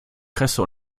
kresse